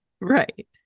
Right